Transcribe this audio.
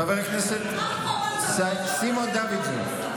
חבר הכנסת סימון דוידסון,